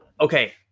okay